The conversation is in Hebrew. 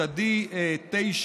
את ה-D9,